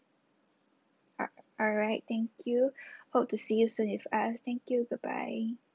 al~ alright thank you hope to see you soon with us thank you goodbye